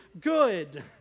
good